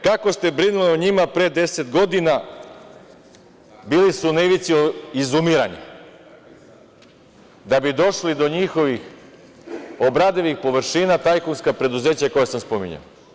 Kako ste brinuli o njima pre 10 godina, bili su na ivici izumiranja, da bi došli do njihovih obradivih površina, tajkunska preduzeća koja sam spominjao.